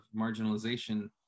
marginalization